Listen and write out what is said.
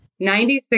96%